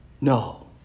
No